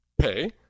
pay